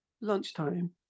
lunchtime